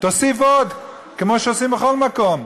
תוסיף עוד, כמו שעושים בכל מקום.